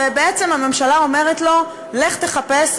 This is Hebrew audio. ובעצם הממשלה אומרת לו: לך תחפש,